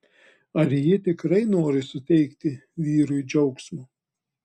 ar ji tikrai nori suteikti vyrui džiaugsmo